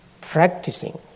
practicing